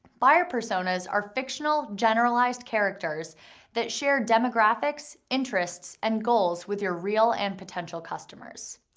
buyer personas are fictional, generalized characters that share demographics, interests, and goals with your real and potential customers.